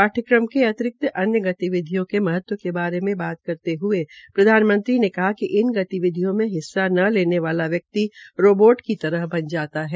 पाठ्यक्रम के अतिरिक्त अन्य गतिविधियों के महत्व के बारे में बात करते हये प्रधानमंत्री ने कहा कि गतिविधियों में हिस्सा न लेने वाला व्यक्ति रोबोट की तरह बना जाता है